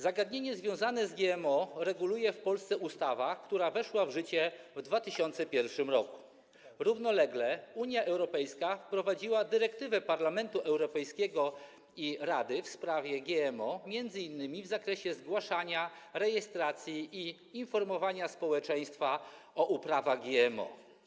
Zagadnienia związane z GMO reguluje w Polsce ustawa, która weszła w życie w 2001 r. Równolegle Unia Europejska wprowadziła dyrektywę Parlamentu Europejskiego i Rady w sprawie GMO m.in. w zakresie zgłaszania, rejestracji upraw i informowania społeczeństwa o uprawach GMO.